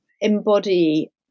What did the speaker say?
embody